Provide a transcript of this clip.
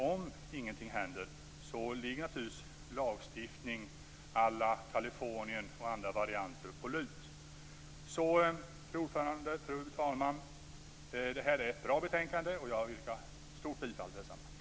Om ingenting händer ligger naturligtvis lagstiftning, exempelvis à la Kalifornien, på lut. Fru talman! Det är ett bra betänkande och jag yrkar starkt bifall till hemställan i detsamma.